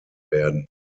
werden